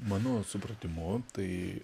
mano supratimu tai